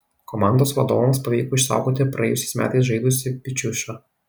komandos vadovams pavyko išsaugoti ir praėjusiais metais žaidusį bičiušą